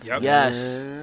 Yes